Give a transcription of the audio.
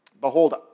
Behold